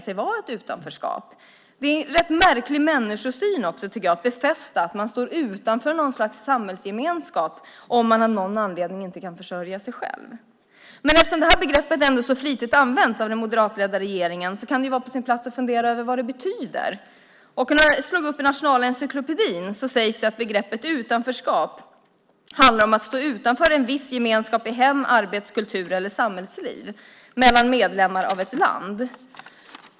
Jag tycker att det är en märklig människosyn att befästa att man står utanför något slags samhällsgemenskap om man av någon anledning inte kan försörja sig själv. Eftersom begreppet används så flitigt av den moderatledda regeringen kan det vara på sin plats att fundera över vad det betyder. Jag slog upp det i Nationalencyklopedin. Där står det att begreppet utanförskap handlar om att stå utanför en viss gemenskap i hem-, arbets-, kultur eller samhällsliv mellan medlemmar av ett land.